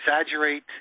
exaggerate